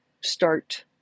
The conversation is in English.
start